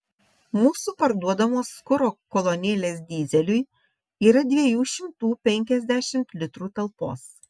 mūsų parduodamos kuro kolonėlės dyzeliui yra dviejų šimtų penkiasdešimt litrų talpos